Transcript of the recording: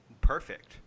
Perfect